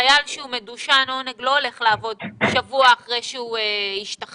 חייל מדושן עונג לא הולך לעבוד שבוע אחרי שהוא השתחרר.